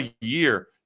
year